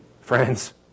friends